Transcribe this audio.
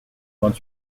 vingt